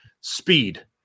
speed